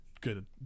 good